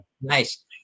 Nice